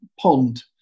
pond